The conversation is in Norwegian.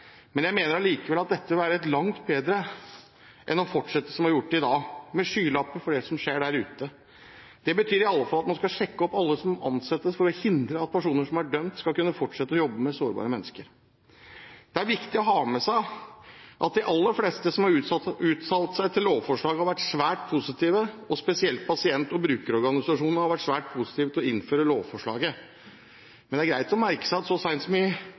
men jeg mener allikevel at dette vil være langt bedre enn å fortsette som vi har gjort til i dag, med skylapper for det som skjer der ute. Det betyr i alle fall at man skal sjekke opp alle som ansettes, for å hindre at personer som er dømt, skal kunne fortsette å jobbe med sårbare mennesker. Det er viktig å ha med seg at de aller fleste som har uttalt seg om lovforslaget, har vært svært positive. Spesielt pasient- og brukerorganisasjonene har vært svært positive til å innføre lovforslaget. Men det er greit å merke seg at så